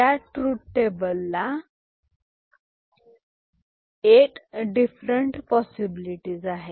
या truth table मध्ये different possibilities आहेत